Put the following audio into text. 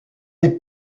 est